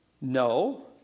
no